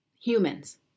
humans